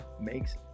makes